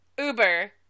Uber